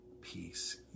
peace